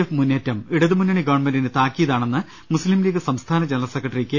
F മുന്നേറ്റം ഇടതുമുന്നണി ഗവൺമെന്റിന് താക്കീതാണെന്ന് മുസ്ലിംലീഗ് സംസ്ഥാന ജനറൽ സെക്രട്ടറി കെ